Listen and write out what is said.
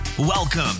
Welcome